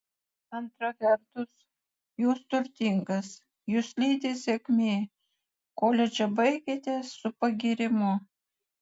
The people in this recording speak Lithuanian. antra vertus jūs turtingas jus lydi sėkmė koledžą baigėte su pagyrimu